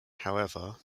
however